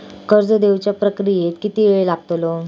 कर्ज देवच्या प्रक्रियेत किती येळ लागतलो?